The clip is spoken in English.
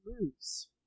lose